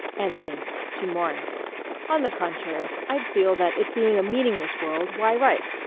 anthony to maury on the contrary, i'd feel that it being a meaningless world, why write?